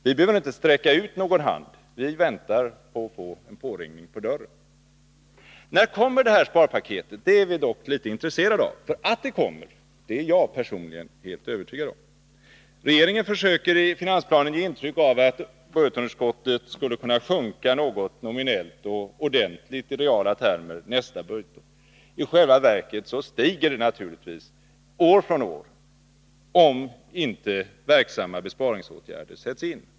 Vi behöver inte sträcka ut någon hand; vi väntar att få en påringning på dörren. Vi är dock intresserade av att få veta när detta sparpaket kommer. Att det kommer är jag personligen helt övertygad om. Regeringen försöker i finansplanen ge ett intryck av att budgetunderskottet nominellt skulle kunna sjunka något och, i reala termer, sjunka ordentligt nästa budgetår. Men i själva verket stiger naturligtvis underskottet år för år, om inte verksamma besparingsåtgärder sätts in.